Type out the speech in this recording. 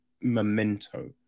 memento